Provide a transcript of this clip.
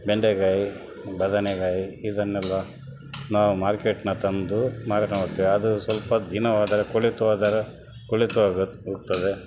ಬೆಂಡೆಕಾಯಿ ಬದನೇಕಾಯಿ ಇದನ್ನೆಲ್ಲ ನಾವು ಮಾರ್ಕೇಟ್ನಾಗೆ ತಂದು ಮಾರಾಟ ಮಾಡ್ತೇವೆ ಅದು ಸ್ವಲ್ಪ ದಿನ ಹೋದರೆ ಕೊಳೆತು ಹೋದಾಗ ಕೊಳೆತು ಹೋಗುತ್ತದೆ